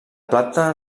planta